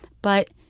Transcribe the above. but